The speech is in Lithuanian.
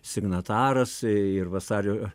signataras ir vasario